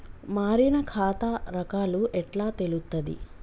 మారిన ఖాతా రకాలు ఎట్లా తెలుత్తది?